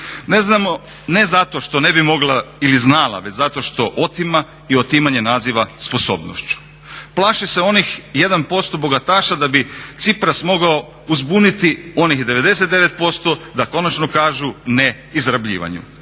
uspjeti. Ne zato što ne bi mogla ili znala, već zato što otima i otimanje naziva sposobnošću. Plaše se onih 1% bogataša da bi Cypras mogao uzbuniti onih 99% da konačnu kažu ne izrabljivanju.